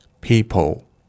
people